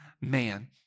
man